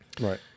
right